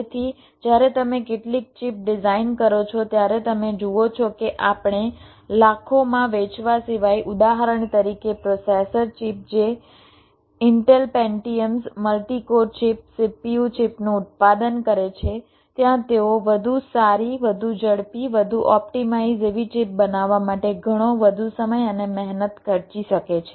તેથી જ્યારે તમે કેટલીક ચિપ ડિઝાઇન કરો છો ત્યારે તમે જુઓ છો કે જે આપણે લાખોમાં વેચવા સિવાય ઉદાહરણ તરીકે પ્રોસેસર ચિપ જે Intel Pentiums multicore chip CPU ચિપનું ઉત્પાદન કરે છે ત્યાં તેઓ વધુ સારી વધુ ઝડપી વધુ ઓપ્ટિમાઇઝ એવી ચિપ બનાવવા માટે ઘણો વધુ સમય અને મહેનત ખર્ચી શકે છે